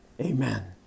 Amen